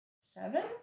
seven